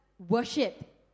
worship